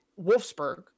Wolfsburg